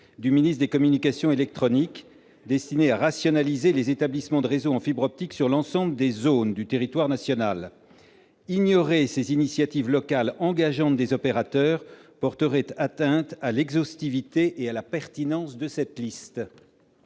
du ministre des communications électroniques et destinée à rationaliser l'établissement de réseaux en fibre optique sur l'ensemble des zones du territoire national. Ignorer les initiatives locales engageantes des opérateurs porterait atteinte à l'exhaustivité et à la pertinence de cette liste.